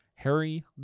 Harry